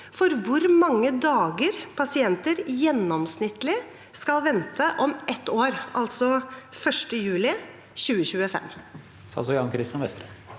for hvor mange dager pasienter gjennomsnittlig skal vente om ett år, altså 1. juli 2025?